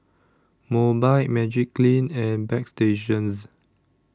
Mobike Magiclean and Bagstationz